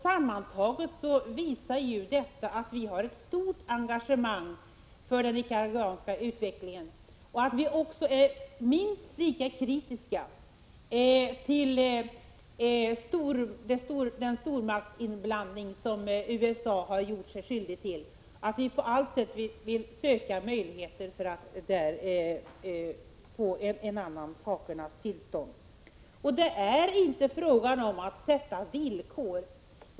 Sammantaget visar detta att vi har ett stort engagemang för den nicaraguanska utvecklingen och att vi är minst lika kritiska till den stormaktsinblandning som USA har gjort sig skyldigt till. Vi vill på allt sätt söka möjligheter för att få ett annat sakernas tillstånd. Det är inte frågan om att ställa villkor.